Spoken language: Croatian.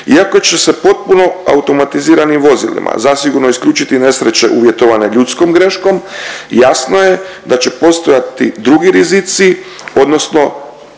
Iako će se potpuno automatiziranim vozilima zasigurno isključiti nesreće uvjetovane ljudskom greškom jasno je da će postojati drugi rizici odnosno